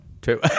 Two